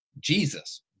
Jesus